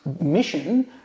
mission